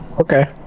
Okay